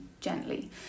gently